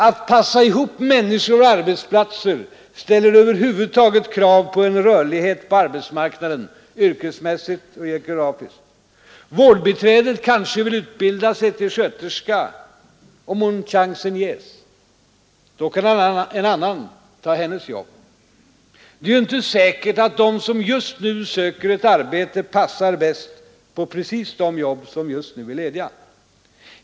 Att passa ihop människor och arbetsplatser ställer över huvud taget krav på en rörlighet på arbetsmarknaden — yrkesmässig och geografisk. Vårdbiträdet kanske vill utbilda sig till sköterska om chansen ges. Då kan en annan ta hennes jobb. Det är ju inte säkert att de som just nu söker ett arbete passar bäst på precis de jobb som just nu är lediga.